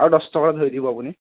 আৰু দহ টকা ধৰি দিব আপুনি